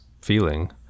feeling